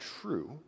true